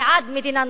בעד מדינה נורמלית?